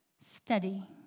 Steady